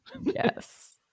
Yes